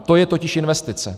To je totiž investice.